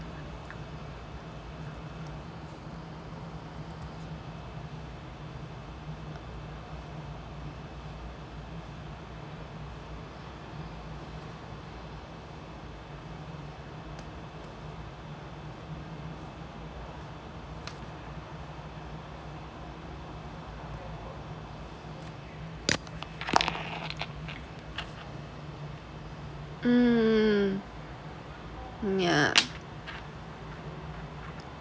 um yeah